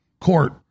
court